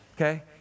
Okay